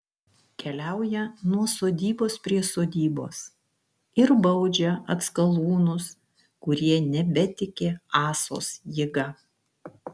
keliauja nuo sodybos prie sodybos ir baudžia atskalūnus kurie nebetiki ąsos jėga